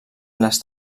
les